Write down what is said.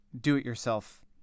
do-it-yourself